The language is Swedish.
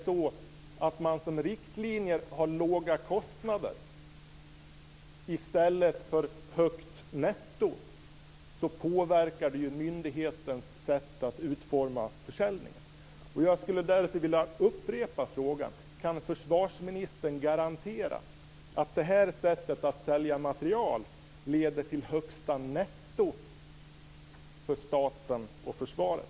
Om man som riktlinje har låga kostnader i stället för högt netto, påverkar det ju myndighetens sätt att utforma försäljningen. Jag skulle därför vilja upprepa frågan: Kan försvarsministern garantera att det här sättet att sälja materiel leder till högsta netto för staten och försvaret?